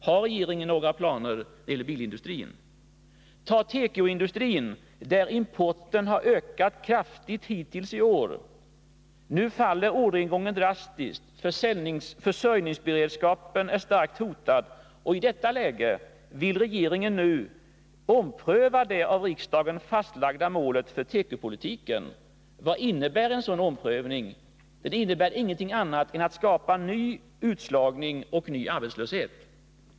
Har regeringen några planer för bilindustrin? Ta tekoindustrin, där importen har ökat kraftigt hittills i år. Nu minskar orderingången drastiskt. Försörjningsberedskapen är starkt hotad. I det läget vill regeringen nu ompröva det av riksdagen fastlagda målet för tekopolitiken. Vad innebär en sådan omprövning? Jo, ingenting annat än att man skapar ny utslagning och ny arbetslöshet.